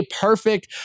perfect